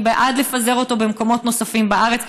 אני בעד לפזר אותו במקומות נוספים בארץ,